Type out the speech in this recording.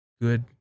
good